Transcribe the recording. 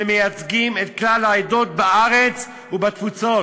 שמייצגים את כלל העדות בארץ ובתפוצות.